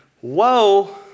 Whoa